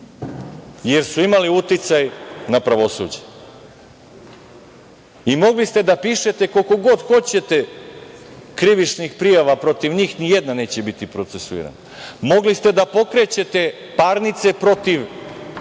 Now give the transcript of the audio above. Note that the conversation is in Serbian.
jer su imali uticaj na pravosuđe i mogli ste da pišete koliko god hoćete krivičnih prijava, protiv njih ni jedna neće biti procesuirana. Mogli ste da pokrećete parnice protiv